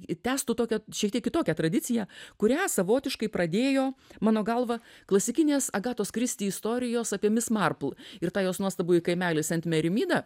tęstų tokią šiek tiek kitokią tradiciją kurią savotiškai pradėjo mano galva klasikinės agatos kristi istorijos apie mis marpl ir tą jos nuostabųjį kaimelis sent merimidą